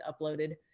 uploaded